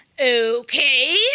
Okay